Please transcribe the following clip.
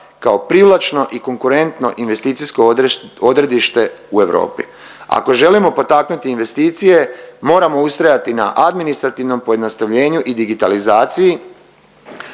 kao privlačno i konkurentno investicijsko odredište u Europi. Ako želimo potaknuti investicije moramo ustrajati na administrativnom pojednostavljenju i digitalizaciji,